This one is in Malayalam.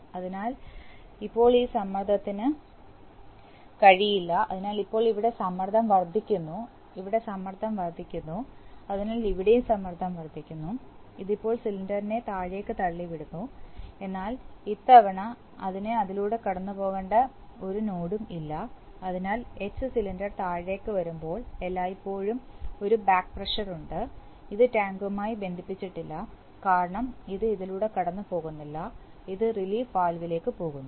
അതിനാൽ ഇപ്പോൾ ഈ സമ്മർദ്ദത്തിന് കഴിയില്ല അതിനാൽ ഇപ്പോൾ ഇവിടെ സമ്മർദ്ദം വർദ്ധിക്കുന്നു ഇവിടെ സമ്മർദ്ദം വർദ്ധിക്കുന്നു അതിനാൽ ഇവിടെയും സമ്മർദ്ദം വർദ്ധിക്കുന്നു ഇത് ഇപ്പോൾ സിലിണ്ടറിനെ താഴേക്ക് തള്ളിവിടുന്നു എന്നാൽ ഇത്തവണ അതിന് അതിലൂടെ കടന്നുപോകേണ്ട ഒരു നോഡും ഇല്ല അതിനാൽ എച്ച് സിലിണ്ടർ താഴേക്ക് വരുമ്പോൾ എല്ലായ്പ്പോഴും ഒരു ബാക്ക് പ്രഷർ ഉണ്ട് ഇത് ടാങ്കുമായി ബന്ധിപ്പിച്ചിട്ടില്ല കാരണം ഇത് ഇതിലൂടെ കടന്നുപോകുന്നില്ല ഇത് റിലീഫ് വാൽവിലേക്ക് പോകുന്നു